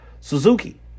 Suzuki